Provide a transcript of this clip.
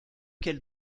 quel